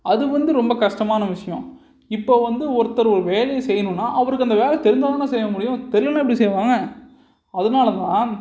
அது வந்து ரொம்ப கஷ்டமான விஷயம் இப்போ வந்து ஒருத்தர் ஒரு வேலையை செய்யணுன்னா அவருக்கு அந்த வேலை தெரிஞ்சால் தான் செய்ய முடியும் தெரியலனா எப்படி செய்வாங்க அதனால தான்